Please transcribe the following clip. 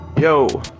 yo